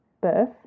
birth